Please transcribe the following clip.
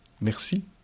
Merci